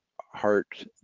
heart